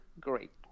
great